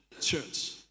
Church